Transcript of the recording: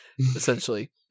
essentially